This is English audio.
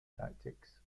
tactics